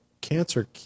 cancer